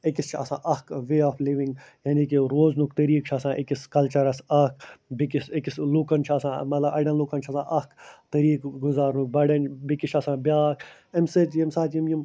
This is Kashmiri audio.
أکِس چھِ آسان اَکھ وےٚ آف لِوِنٛگ یعنی کہِ روزنُک طریٖقہٕ چھِ آسان أکِس کَلچَرَس اَکھ بیٚیِس أکِس لوٗکَن چھِ آسان مطلب اَڈٮ۪ن لُکَن چھِ آسان اَکھ طریٖقہٕ گُزارنُک بَڈٮ۪ن بیٚیِس چھِ آسان بیٛاکھ اَمہِ سۭتۍ ییٚمہِ ساتہٕ یِم یِم